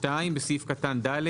בסעיף קטן (ד)